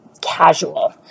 casual